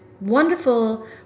wonderful